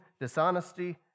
dishonesty